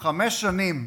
חמש שנים,